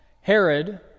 Herod